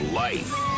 life